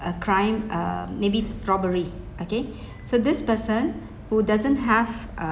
a crime uh maybe robbery okay so this person who doesn't have uh